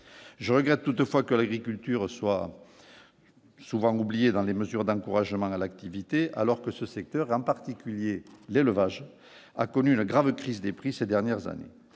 je regrette toutefois que l'agriculture soit souvent oubliés dans les mesures d'encouragement à l'activité, alors que ce secteur en particulier l'élevage a connu une grave crise des prix ces dernières années,